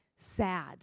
sad